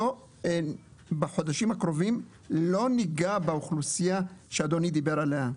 בחודשים הקרובים לא ניגע באוכלוסייה שאדוני דיבר עליה.